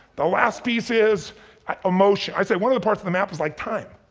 the last piece is emotion. i'd say one of the parts of the map is like time.